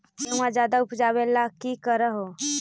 गेहुमा ज्यादा उपजाबे ला की कर हो?